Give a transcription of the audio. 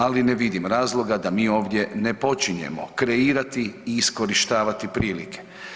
Ali ne vidim razloga da mi ovdje ne počinjemo kreirati i iskorištavati prilike.